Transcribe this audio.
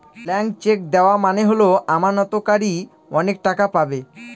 blank cheque দেওয়া মানে হল আমানতকারী অনেক টাকা পাবে